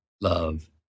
love